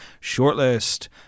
shortlist